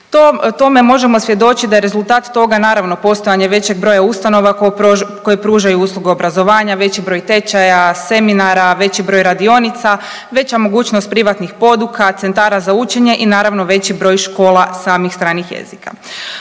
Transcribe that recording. Tome možemo svjedočiti da je rezultat toga naravno postojanje većeg broja ustanova koje pružaju usluge obrazovanja, veći broj tečaja, seminara, veći broj radionica, veća mogućnost privatnih poduka, centara za učenje i naravno veći broj škola samih stranih jezika.